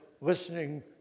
listening